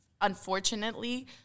Unfortunately